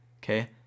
okay